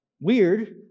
weird